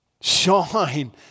shine